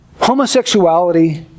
homosexuality